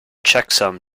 checksum